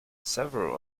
several